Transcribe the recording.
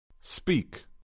Speak